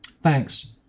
Thanks